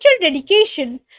dedication